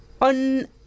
on